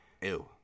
Ew